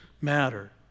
matter